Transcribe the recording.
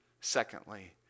secondly